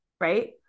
Right